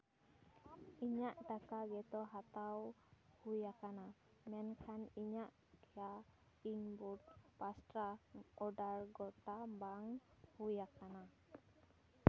ᱤᱧᱟᱹᱜ ᱴᱟᱠᱟ ᱜᱮᱛᱚ ᱦᱟᱛᱟᱣ ᱦᱩᱭᱟᱠᱟᱱᱟ ᱢᱮᱱᱠᱷᱟᱱ ᱤᱧᱟᱹᱜ ᱠᱮᱭᱟ ᱤᱱᱵᱳᱨᱰ ᱯᱟᱥᱴᱟ ᱚᱰᱟᱨ ᱜᱚᱴᱟ ᱵᱟᱝ ᱦᱩᱭᱟᱠᱟᱱᱟ